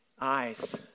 eyes